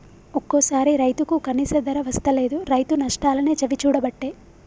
ఒక్కోసారి రైతుకు కనీస ధర వస్తలేదు, రైతు నష్టాలనే చవిచూడబట్టే